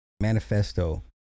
manifesto